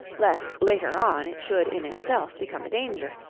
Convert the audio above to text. lest later on it should in itself become a danger,